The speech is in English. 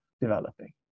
developing